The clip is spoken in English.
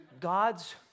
God's